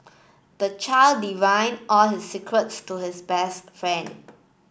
the child divulged all his secrets to his best friend